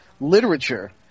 literature